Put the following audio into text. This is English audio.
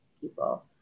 people